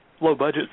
low-budget